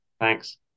Thanks